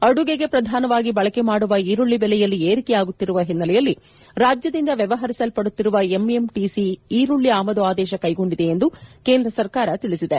ಅಡುಗೆಗೆ ಪ್ರಧಾನವಾಗಿ ಬಳಕೆ ಮಾಡುವ ಈರುಳ್ಳಿ ಬೆಲೆಯಲ್ಲಿ ಏರಿಕೆಯಾಗುತ್ತಿರುವ ಹಿನ್ನೆಲೆಯಲ್ಲಿ ರಾಜ್ಯದಿಂದ ವ್ಯವಹರಿಸಲ್ಪಡುತ್ತಿರುವ ಎಂಎಂಟಿಸಿ ಈರುಳ್ಳಿ ಆಮದು ಆದೇಶ ಕೈಗೊಂಡಿದೆ ಎಂದು ಕೇಂದ್ರ ಸರ್ಕಾರ ತಿಳಿಸಿದೆ